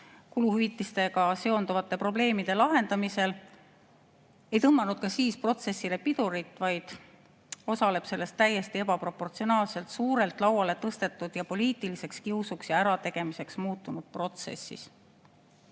kuluhüvitistega seonduvate probleemide lahendamisel, ei tõmmanud protsessile pidurit, vaid osaleb selles täiesti ebaproportsionaalselt suurelt lauale tõstetud ja poliitiliseks kiusuks ja ärategemiseks muutunud protsessis.